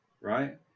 right